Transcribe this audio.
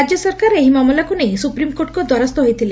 ରାଜ୍ୟ ସରକାର ଏହି ମାମଲାକୁ ନେଇ ସୁପ୍ରିମକୋର୍ଟଙ୍ ଦ୍ୱାରସ୍ଥ ହୋଇଥିଲେ